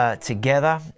Together